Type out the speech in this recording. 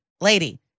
lady